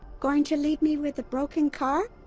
going to leave me with a broken car?